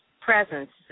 presence